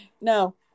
No